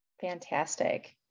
Fantastic